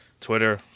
Twitter